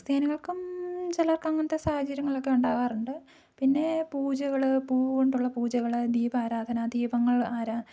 ക്രിസ്ത്യാനികൾക്കും ചിലർക്ക് അങ്ങനത്തെ സാഹചര്യങ്ങളൊക്കെ ഉണ്ടാവാറുണ്ട് പിന്നെ പൂജകൾ പൂ കൊണ്ടുള്ള പൂജകൾ ദീപാരാധന ദീപങ്ങൾ ആരാ